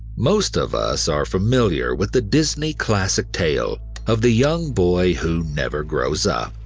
most of us are familiar with the disney classic tale of the young boy who never grows up,